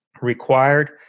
required